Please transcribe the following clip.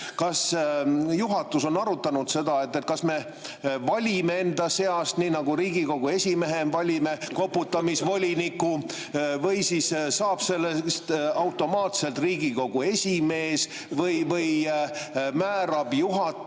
Kas juhatus on arutanud seda, et kas me valime enda seast, nii nagu Riigikogu esimehe valime, koputamisvoliniku, või siis saab selleks automaatselt Riigikogu esimees või määrab juhatus